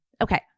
Okay